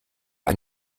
ein